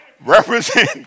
Represent